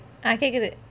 ah கேக்குது:kekuthu